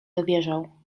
dowierzał